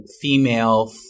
female